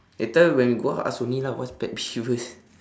later when we go out ask only lah what's pet peevers